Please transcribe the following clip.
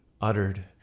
uttered